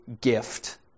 Gift